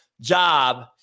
job